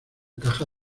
caja